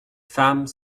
femmes